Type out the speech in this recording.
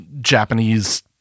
Japanese-